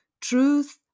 truth